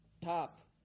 Top